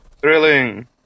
Thrilling